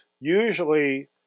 usually